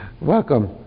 Welcome